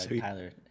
Tyler